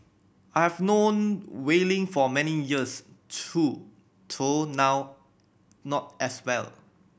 I've known Wei Ling for many years too to now not as well